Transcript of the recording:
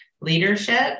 leadership